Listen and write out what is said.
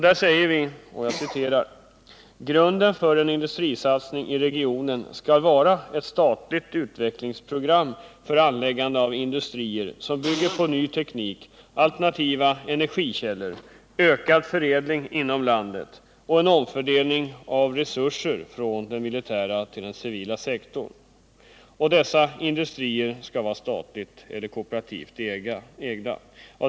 Där säger vi att grunden för en industrisatsning i regionen skall vara ett statligt utvecklingsprogram för anläggande av industrier som bygger på ny teknik, alternativa energikällor, ökad förädling inom landet och en omfördelning av resurser från den militära till den civila sektorn. Dessa industrier skall vara statligt eller kooperativt ägda.